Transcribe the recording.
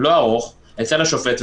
אצל השופט,